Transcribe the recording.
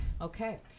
Okay